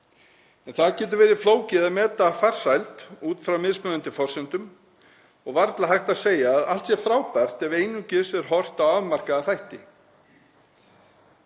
en það getur verið flókið að meta farsæld út frá mismunandi forsendum og varla hægt að segja að allt sé frábært ef einungis er horft á afmarkaða þætti.